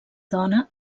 dona